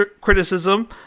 criticism